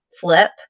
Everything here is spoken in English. flip